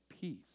peace